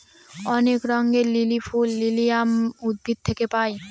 অনেক রঙের লিলি ফুল লিলিয়াম উদ্ভিদ থেকে পায়